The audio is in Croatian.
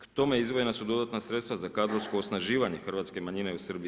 K tome izdvojena su dodatna sredstva za kadrovsko osnaživanje hrvatske manjine u Srbiji.